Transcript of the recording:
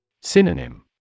Synonym